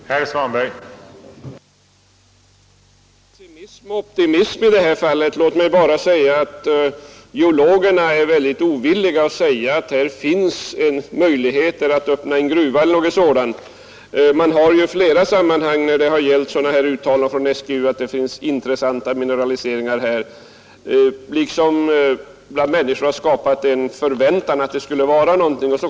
Herr talman! Låt mig, när det gäller pessimism och optimism i det här fallet, anföra att geologerna är ovilliga att säga att här finns möjligheter att öppna en gruva eller något sådant. Flera uttalanden från SGU om intressanta mineraliseringar har skapat förväntan hos människor om att det skulle vara någonting av värde.